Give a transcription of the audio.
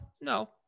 no